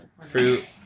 Fruit